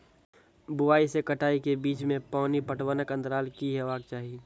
बुआई से कटाई के बीच मे पानि पटबनक अन्तराल की हेबाक चाही?